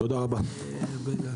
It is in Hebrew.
הישיבה ננעלה